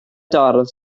dorf